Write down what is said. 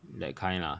that kind lah